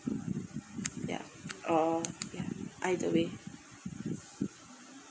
ya or either way